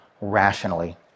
rationally